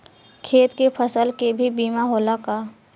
खेत के फसल के भी बीमा होला का?